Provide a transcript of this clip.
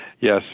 Yes